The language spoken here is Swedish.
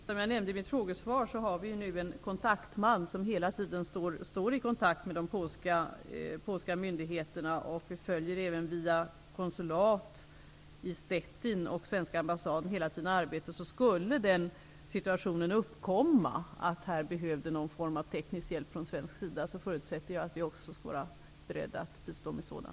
Herr talman! Som jag nämnde i mitt frågesvar har vi nu en man som hela tiden står i kontakt med de polska myndigheterna och som även via konsulat i Stettin och via svenska ambassaden hela tiden följer arbetet. Om den situationen skulle uppkomma att polackerna behövde någon form av teknisk hjälp från svensk sida, förutsätter jag att vi också skall vara beredda att bistå med sådan.